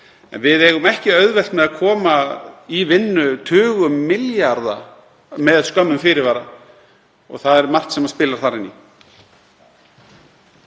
Við eigum ekki auðvelt með að koma í vinnu tugum milljarða með skömmum fyrirvara og það er margt sem spilar þar inn í.